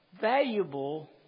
valuable